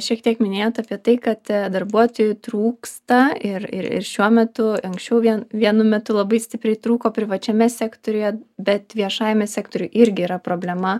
šiek tiek minėjot apie tai kad darbuotojų trūksta ir ir ir šiuo metu anksčiau vien vienu metu labai stipriai trūko privačiame sektoriuje bet viešajame sektoriuj irgi yra problema